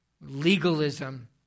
legalism